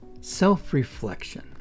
Self-reflection